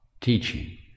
teaching